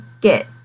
get